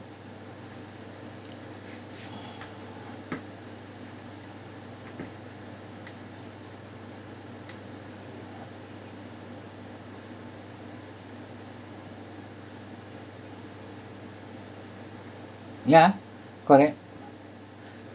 yeah correct